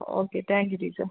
okay thank you teacher